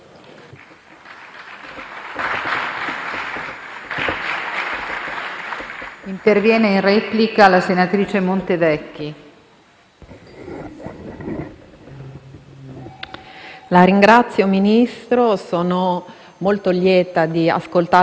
a un grande piano di manutenzione ordinaria, perché, come ci siamo già detti in altre occasioni, il mondo dei beni culturali ha bisogno di un piano di manutenzione ordinaria. Manca l'ordinario, non è mai stato fatto e nella Legislatura precedente ci si è molto dedicati